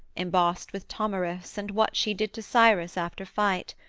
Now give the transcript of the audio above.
embossed with tomyris and what she did to cyrus after fight,